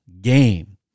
game